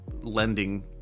lending